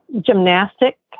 gymnastic